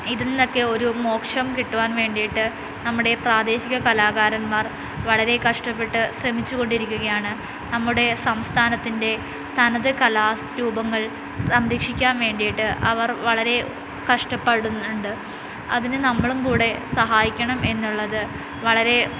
ഇതിന്നൊക്കെ ഒരു മോക്ഷം കിട്ടുവാൻ വേണ്ടിയിട്ട് നമ്മുടെ പ്രാദേശിക കലാകാരൻമാർ വളരെ കഷ്ടപ്പെട്ട് ശ്രമിച്ചുകൊണ്ടിരിക്കുകയാണ് നമ്മുടെ സംസ്ഥാനത്തിൻ്റെ തനത് കലാരൂപങ്ങൾ സംരക്ഷിക്കാൻ വേണ്ടിയിട്ട് അവർ വളരെ കഷ്ടപ്പടുന്നുണ്ട് അതിനു നമ്മളും കൂടെ സഹായിക്കണം എന്നുള്ളത് വളരേ